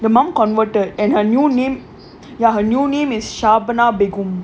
the mum converter and her new name ya her new name is shabana begum